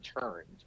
turned